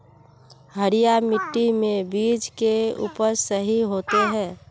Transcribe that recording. हरिया मिट्टी में बीज के उपज सही होते है?